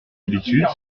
habitude